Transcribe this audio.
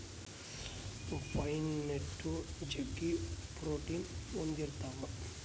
pine nut ಜಗ್ಗಿ protein ಹೊಂದಿರ್ತವ